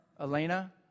Elena